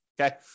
Okay